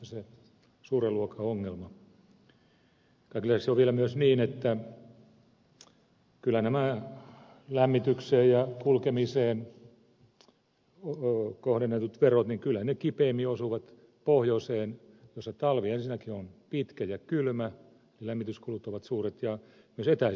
kaiken lisäksi on vielä myös niin että kyllä nämä lämmitykseen ja kulkemiseen kohdennetut verot kipeimmin osuvat pohjoiseen missä talvi ensinnäkin on pitkä ja kylmä lämmityskulut ovat suuret ja myös etäisyydet ovat isot